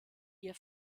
ihr